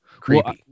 creepy